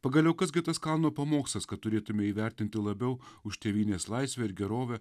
pagaliau kas gi tas kalno pamokslas kad turėtume įvertinti labiau už tėvynės laisvę ir gerovę